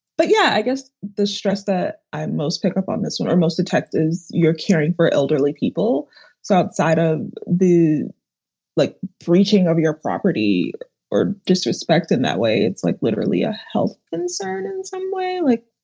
but yeah, i guess the stress that i most picked up on this one or most detectives, you're caring for elderly people so outside of ah the like breaching of your property or disrespect in that way. it's like literally a health concern in some way. like,